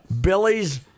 Billy's